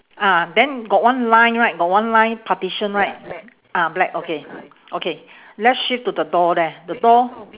ah then got one line right got one line partition right ah black okay okay let's shift to the door there the door